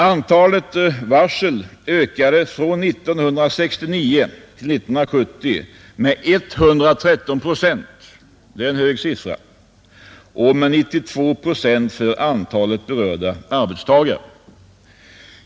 Antalet varsel ökade från 1969 till 1970 med 113 procent — det är en hög siffra — och med 92 procent för antalet berörda arbetstagare.